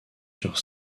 sur